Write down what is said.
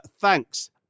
Thanks